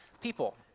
people